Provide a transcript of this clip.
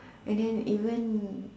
and then even